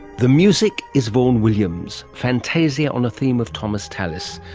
the music is vaughan williams, fantasia on a theme of thomas tallis,